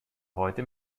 heute